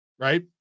right